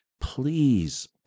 please